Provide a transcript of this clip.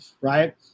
right